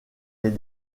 les